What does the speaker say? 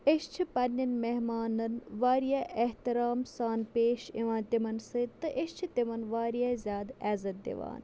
أسۍ چھِ پنٛنٮ۪ن مہمانَن واریاہ احتِرام سان پیش یِوان تِمَن سۭتۍ تہٕ أسۍ چھِ تِمَن واریاہ زیادٕ عزت دِوان